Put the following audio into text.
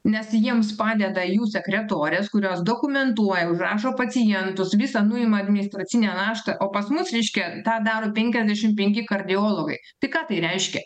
nes jiems padeda jų sekretorės kurios dokumentuoja užrašo pacientus visa nuima administracinę naštą o pas mus reiškia tą daro penkiasdešim penki kardiologai tai ką tai reiškia